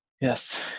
Yes